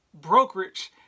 brokerage